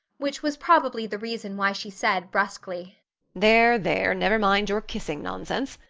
which was probably the reason why she said brusquely there, there, never mind your kissing nonsense.